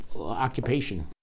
occupation